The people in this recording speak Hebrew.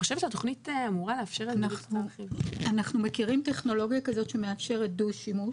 אנחנו מכירים טכנולוגיה כזאת שמאפשרת דו-שימוש.